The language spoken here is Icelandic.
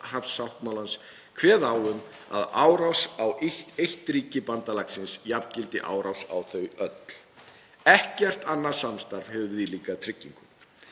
Atlantshafssáttmálans kveða á um að árás á eitt ríki bandalagsins jafngildi árás á þau öll. Ekkert annað samstarf hefur þvílíka tryggingu.